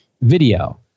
video